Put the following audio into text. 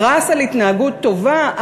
פרס על התנהגות טובה?